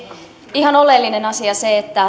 ihan oleellinen asia on se